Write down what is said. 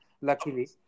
luckily